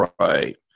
Right